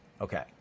Okay